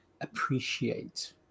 appreciate